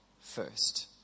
first